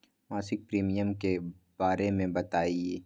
मासिक प्रीमियम के बारे मे बताई?